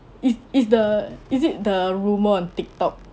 is is the is it the rumour on Tik tok